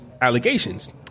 Allegations